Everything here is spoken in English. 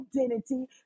identity